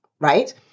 right